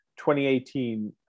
2018